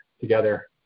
together